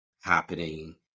happening